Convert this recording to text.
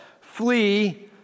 flee